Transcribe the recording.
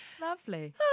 lovely